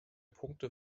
punkte